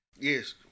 Yes